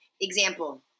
Example